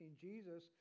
Jesus